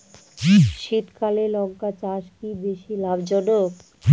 শীতকালে লঙ্কা চাষ কি বেশী লাভজনক?